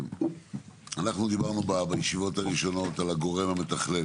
אנחנו דיברנו בישיבות הראשונות על הגורם המתכלל